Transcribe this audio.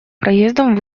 поездом